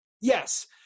Yes